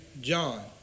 John